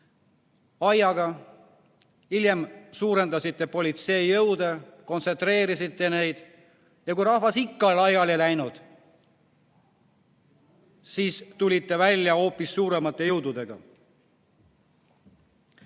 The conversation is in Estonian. aiaga, hiljem suurendasite politseijõude, kontsentreerisite neid ja kui rahvas ikka laiali ei läinud, siis tulite välja hoopis suuremate jõududega.